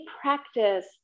practice